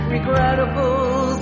Regrettable